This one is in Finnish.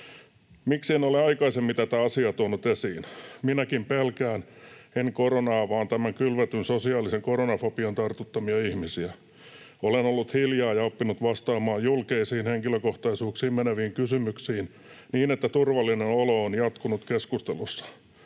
”Miksi en ole aikaisemmin tätä asiaa tuonut esiin? Minäkin pelkään, en koronaa vaan tämän kylvetyn sosiaalisen koronafobian tartuttamia ihmisiä. Olen ollut hiljaa ja oppinut vastaamaan julkeisiin henkilökohtaisuuksiin meneviin kysymyksiin, niin että turvallinen olo on jatkunut keskustelussa,